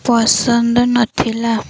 ପସନ୍ଦ ନଥିଲା